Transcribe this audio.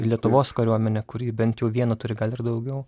lietuvos kariuomenė kuri bent jau vienu turi gal ir daugiau